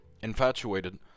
infatuated